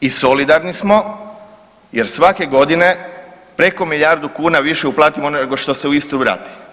I solidarni smo jer svake godine preko milijardu kuna više uplatimo nego što se u Istru vrati.